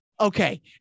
Okay